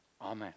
Amen